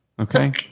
Okay